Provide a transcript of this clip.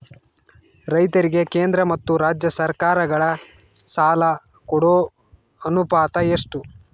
ರೈತರಿಗೆ ಕೇಂದ್ರ ಮತ್ತು ರಾಜ್ಯ ಸರಕಾರಗಳ ಸಾಲ ಕೊಡೋ ಅನುಪಾತ ಎಷ್ಟು?